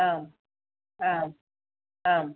ആ ആ ആ